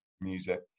music